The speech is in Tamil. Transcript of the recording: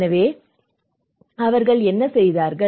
எனவே அவர்கள் என்ன செய்தார்கள்